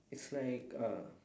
it's like uh